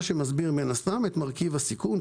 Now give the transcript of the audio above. זה מסביר את מרכיב הסיכון,